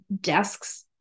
desks